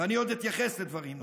ואני עוד אתייחס לדברים נוספים.